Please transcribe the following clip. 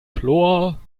chlor